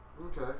Okay